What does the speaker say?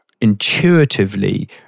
intuitively